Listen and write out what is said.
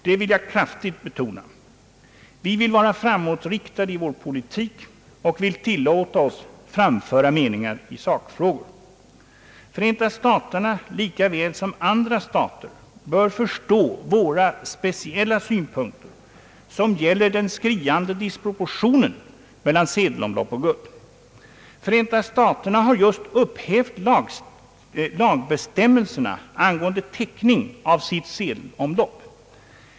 Det vill jag kraftigt betona. Vi vill vara framåtriktade i vår politik och vill tillåta oss framföra meningar i sakfrågor. Förenta staterna lika väl som andra stater bör förstå våra speciella synpunkter, som gäller den stigande disproportionen mellan sedelomlopp och guld. Förenta staterna har just upphävt lagbestämmelserna angående täckning av sitt sedelomlopp.